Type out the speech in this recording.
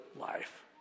life